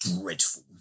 dreadful